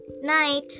Night